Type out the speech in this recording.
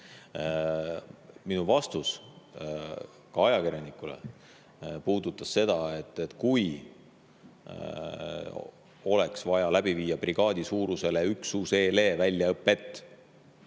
Minu vastus, ka ajakirjanikule, puudutas seda, kui oleks vaja läbi viia brigaadisuurusele üksusele väljaõpet.